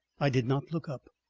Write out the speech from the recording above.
i did not look up,